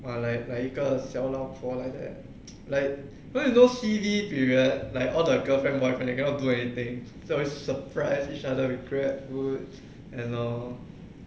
!wah! like like 一个小老婆 like that like now you know C_B period like all the girlfriend boyfriend cannot do anything so surprise each other with grabfood and know